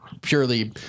purely –